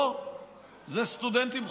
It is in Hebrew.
פה זה סטודנטים חופשיים: